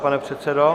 Pane předsedo...